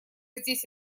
здесь